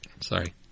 Sorry